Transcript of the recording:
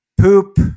poop